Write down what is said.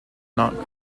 not